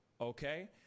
Okay